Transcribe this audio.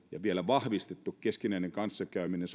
vielä vahvistetulle keskinäiselle kanssakäymiselle